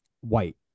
white